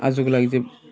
आजको लागि चाहिँ